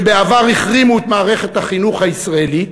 שבעבר החרימו את מערכת החינוך הישראלי,